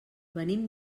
venim